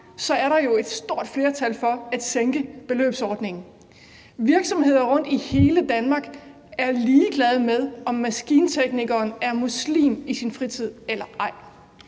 er der jo et stort flertal for at sænke beløbsordningen. Virksomheder rundt i hele Danmark er ligeglade med, om maskinteknikeren er muslim i sin fritid eller ej.